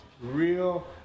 real